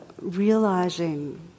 realizing